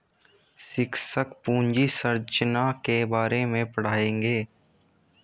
शिक्षक पूंजी संरचना के बारे में पढ़ाएंगे